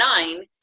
nine